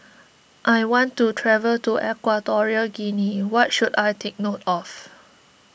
I want to travel to Equatorial Guinea what should I take note of